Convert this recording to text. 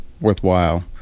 worthwhile